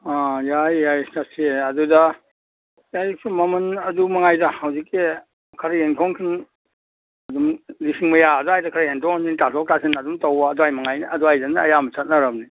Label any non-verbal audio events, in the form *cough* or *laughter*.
ꯑꯥ ꯌꯥꯏ ꯌꯥꯏ ꯆꯠꯁꯤ ꯑꯗꯨꯗ *unintelligible* ꯃꯃꯟ ꯑꯗꯨ ꯃꯉꯥꯏꯗ ꯍꯧꯖꯤꯛꯀꯤ ꯈꯔ ꯌꯦꯡꯊꯣꯛ ꯌꯦꯡꯁꯤꯟ ꯑꯗꯨꯝ ꯂꯤꯁꯤꯡ ꯃꯌꯥ ꯑꯗꯥꯏꯗ ꯈꯔ ꯍꯦꯟꯗꯣꯛ ꯍꯦꯟꯖꯤꯟ ꯇꯥꯊꯣꯛ ꯇꯥꯁꯤꯟ ꯑꯗꯨꯝ ꯇꯧꯕ ꯑꯗꯥꯏ ꯃꯉꯥꯏꯅꯦ ꯑꯗꯨꯋꯥꯏꯗꯅ ꯑꯌꯥꯝꯕ ꯆꯠꯅꯔꯝꯅꯤ